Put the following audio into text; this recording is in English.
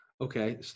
Okay